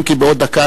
מיעוט קטן.